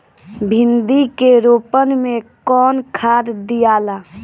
भिंदी के रोपन मे कौन खाद दियाला?